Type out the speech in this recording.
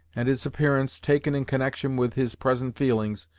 and its appearance, taken in connection with his present feelings,